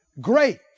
Great